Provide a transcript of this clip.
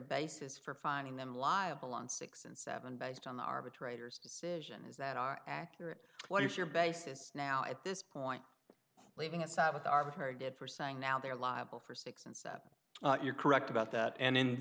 basis for finding them liable on six and seven based on the arbitrator's decision is that are accurate what is your basis now at this point leaving a sabbath are very good for saying now they're liable for six and seven you're correct about that and then